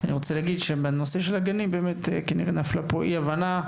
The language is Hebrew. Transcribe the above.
אני רוצה להגיד שכנראה שבנושא הגנים נפלה אי הבנה.